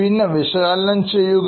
പിന്നെ വിശകലനം ചെയ്യുക